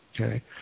okay